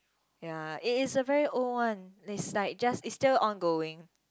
ya it is a very old one it's like just it's still ongoing